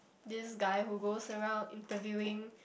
this guy who goes around interviewing